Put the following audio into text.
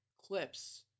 clips